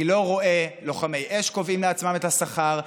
אני לא רואה לוחמי אש קובעים לעצמם את השכר,